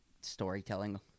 storytelling